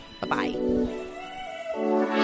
Bye-bye